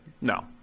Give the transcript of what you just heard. no